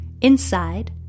Inside